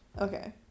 Okay